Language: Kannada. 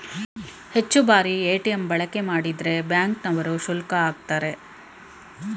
ಹೆಚ್ಚು ಬಾರಿ ಎ.ಟಿ.ಎಂ ಬಳಕೆ ಮಾಡಿದ್ರೆ ಬ್ಯಾಂಕ್ ನವರು ಶುಲ್ಕ ಆಕ್ತರೆ